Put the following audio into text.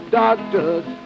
doctors